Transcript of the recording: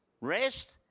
Rest